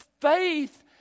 Faith